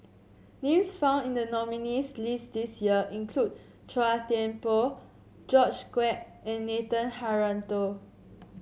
names found in the nominees' list this year include Chua Thian Poh George Quek and Nathan Hartono